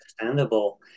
understandable